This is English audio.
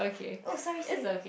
oh sorry sorry